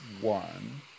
one